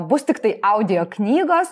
bus tiktai audio knygos